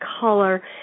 color